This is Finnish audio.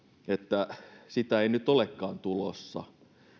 että sitä ei nyt olekaan tulossa